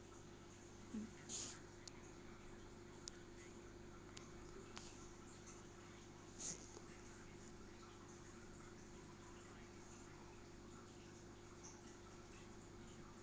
mm